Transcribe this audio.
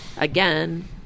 again